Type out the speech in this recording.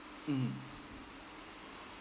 mm